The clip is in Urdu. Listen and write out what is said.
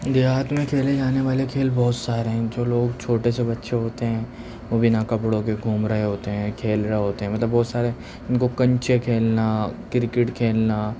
دیہات میں کھیلے جانے والے کھیل بہت سارے ہیں جو لوگ چھوٹے سے بچے ہوتے ہیں وہ بنا کپڑوں کے گھوم رہے ہوتے ہیں کھیل رہے ہوتے ہیں مطلب بہت سارے ان کو کنچے کھیلنا کرکٹ کھیلنا